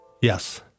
Yes